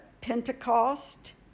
Pentecost